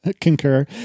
Concur